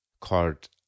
card